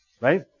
Right